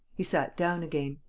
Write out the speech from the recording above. he sat down again.